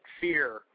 fear